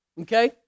Okay